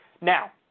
Now